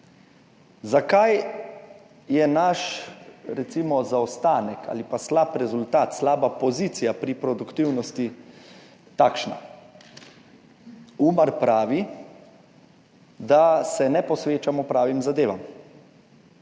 zakaj je naš, recimo, zaostanek ali pa slab rezultat, slaba pozicija pri produktivnosti takšna. UMAR pravi, da se ne posvečamo pravim zadevam.